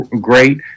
great